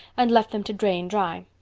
and left them to drain dry.